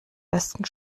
besten